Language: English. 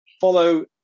follow